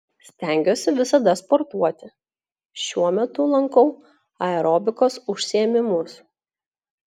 stengiuosi visada sportuoti šiuo metu lankau aerobikos užsiėmimus